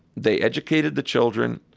they educated the children.